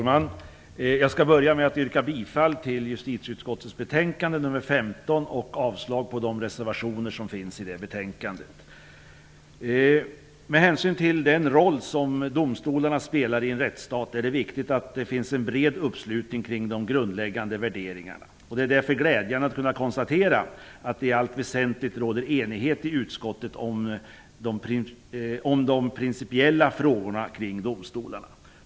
Fru talman! Jag börjar med att yrka bifall till hemställan i justitieutskottets betänkande nr 15 och avslag på de reservationer som har fogats till detta. Med hänsyn till den roll som domstolarna spelar i en rättsstat är det viktigt att det finns en bred uppslutning kring de grundläggande värderingarna. Det är därför glädjande att kunna konstatera att det i allt väsentligt råder enighet i utskottet om de principiella frågorna kring domstolarna.